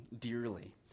dearly